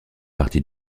partie